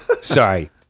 Sorry